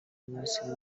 minisitiri